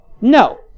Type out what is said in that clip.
No